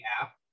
app